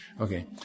Okay